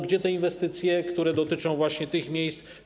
Gdzie inwestycje, które dotyczą właśnie tych miejsc?